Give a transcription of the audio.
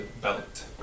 belt